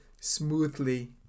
smoothly